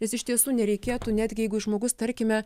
nes iš tiesų nereikėtų netgi jeigu žmogus tarkime